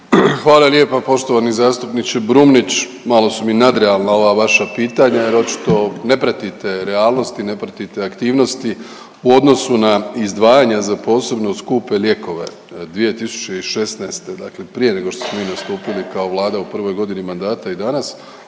Hvala lijepa poštovani zastupniče Brumnić. Malo su mi nadrealna ova vaša pitanja jer očito ne pratite realnosti i ne pratite aktivnosti u odnosu na izdvajanja za posebno skupe lijekove. 2016., dakle prije nego što smo mi nastupili kao vlada u prvoj godini mandata i danas,